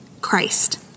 Christ